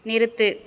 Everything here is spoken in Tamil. நிறுத்து